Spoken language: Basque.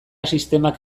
sistemak